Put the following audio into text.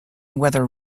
whether